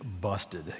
busted